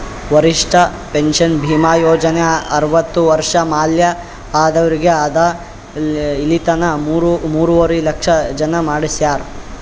ವರಿಷ್ಠ ಪೆನ್ಷನ್ ಭೀಮಾ ಯೋಜನಾ ಅರ್ವತ್ತ ವರ್ಷ ಮ್ಯಾಲ ಆದವ್ರಿಗ್ ಅದಾ ಇಲಿತನ ಮೂರುವರಿ ಲಕ್ಷ ಜನ ಮಾಡಿಸ್ಯಾರ್